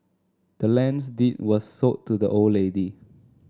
the land's deed was sold to the old lady